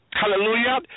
Hallelujah